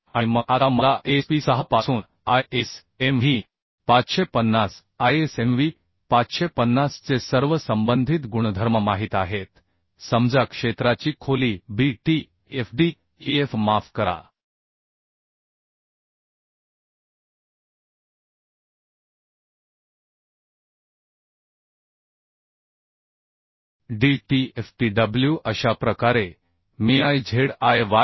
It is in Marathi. आणि मग आता मला SP 6 पासून ISMV 550 ISMV 550 चे सर्व संबंधित गुणधर्म माहित आहेत समजा क्षेत्राची खोली b t f d f माफ करा d t f t W अशा प्रकारे मीI zz Iyz